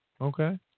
Okay